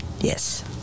Yes